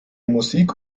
musik